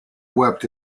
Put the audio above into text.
wept